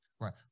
right